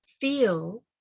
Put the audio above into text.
feel